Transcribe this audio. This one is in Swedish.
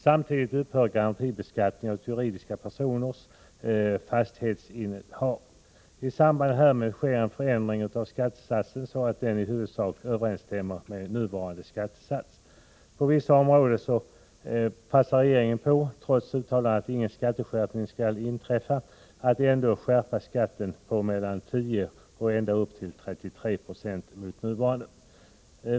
Samtidigt upphör garantibeskattningen av juridiska personers fastighetsinnehav. I samband härmed sker en förändring av skattesatsen så att den i huvudsak överensstämmer med nuvarande skattesats. På vissa områden passar regeringen på, trots uttalanden om att ingen skatteskärpning skall inträffa, att ändå skärpa skatten på mellan 10 och ända upp till 33 Zo mot vad som gäller nu.